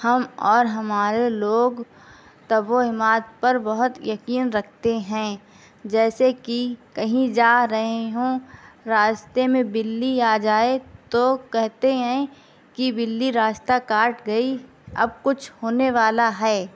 ہم اور ہمارے لوگ تہمات پر بہت یقین رکھتے ہیں جیسے کہ کہیں جا رہے ہوں راستے میں بلی آ جائے تو کہتے ہیں کہ بلی راستہ کاٹ گئی اب کچھ ہونے والا ہے